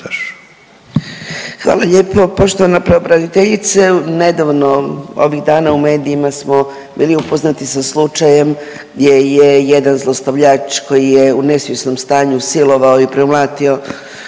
Hvala lijepo. Poštovana pravobraniteljice, nedavno ovih dana u medijima smo bili upoznati sa slučajem gdje je jedan zlostavljač koji je u nesvjesnom stanju silovao i premlatio